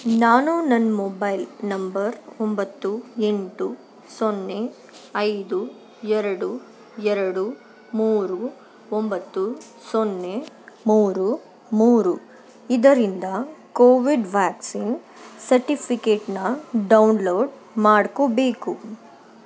ನಾನು ನನ್ನ mobile number ಒಂಬತ್ತು ಎಂಟು ಸೊನ್ನೆ ಐದು ಎರಡು ಎರಡು ಮೂರು ಒಂಬತ್ತು ಸೊನ್ನೆ ಮೂರು ಮೂರು ಇದರಿಂದ ಕೋವಿಡ್ ವ್ಯಾಕ್ಸಿನ್ ಸರ್ಟಿಫಿಕೇಟನ್ನ ಡೌನ್ಲೋಡ್ ಮಾಡ್ಕೊಬೇಕು